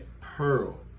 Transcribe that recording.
pearl